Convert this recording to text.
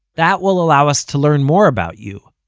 that will allow us to learn more about you,